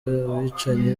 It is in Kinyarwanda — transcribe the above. abicanyi